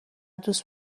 دوست